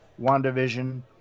WandaVision